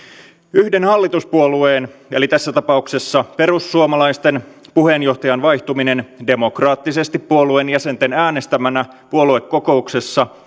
yhden hallituspuolueen eli tässä tapauksessa perussuomalaisten puheenjohtajan vaihtuminen demokraattisesti puolueen jäsenten äänestämänä puoluekokouksessa